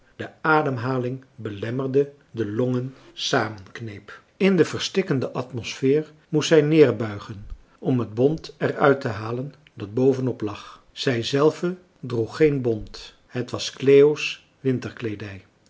de ademhaling belemmerde de longen samenkneep in die verstikkende atmosfeer moest zij neerbuigen om het bont er uittehalen dat bovenop lag zij zelve droeg geen bont het was cleo's